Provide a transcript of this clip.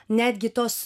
netgi tos